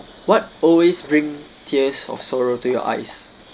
what always bring tears of sorrow to your eyes